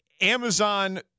Amazon